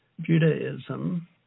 Judaism